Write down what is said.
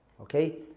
Okay